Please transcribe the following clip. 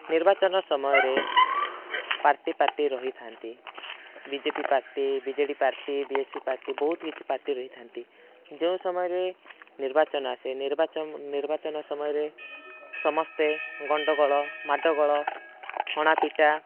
ନିର୍ବାଚନ ସମୟରେ party party ରହିଥାନ୍ତି BJP party BJD party BSP party ବହୁତ କିଛି ପାର୍ଟି ରହିଥାନ୍ତି ଯେଉଁ ସମୟରେ ନିର୍ବାଚନ ଆସେ ନିର୍ବାଚନ ନିର୍ବାଚନ ସମୟରେ ସମସ୍ତେ ଗଣ୍ଡଗୋଳ ମାଡ଼ ଗୋଳ ହଣା ପିଟା